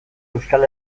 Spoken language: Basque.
euskal